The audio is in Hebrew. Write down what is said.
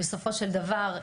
בסופו של דבר,